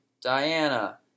Diana